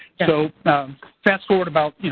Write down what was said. so fast forward about,